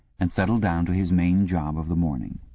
and settled down to his main job of the morning.